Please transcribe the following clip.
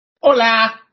Hola